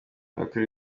abakuru